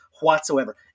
whatsoever